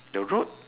the road